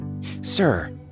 Sir